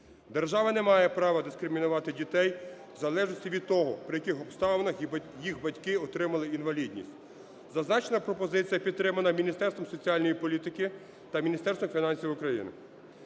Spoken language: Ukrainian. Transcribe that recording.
Держава не має права дискримінувати дітей в залежності від того, при яких обставинах їх батьки отримали інвалідність. Зазначена пропозиція підтримана Міністерством соціальної політики та Міністерством фінансів України.